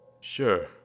Sure